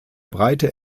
breite